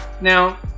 Now